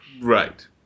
Right